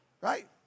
Right